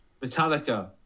Metallica